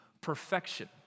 perfection